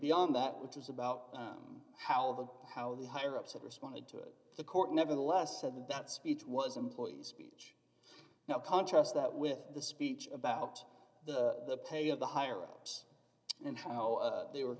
beyond that which is about how the how the higher ups had responded to it the court nevertheless said that that speech was employees speed now contrast that with the speech about the pay of the higher ups and how they were